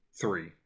three